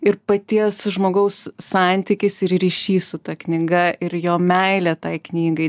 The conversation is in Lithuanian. ir paties žmogaus santykis ir ryšys su ta knyga ir jo meilė tai knygai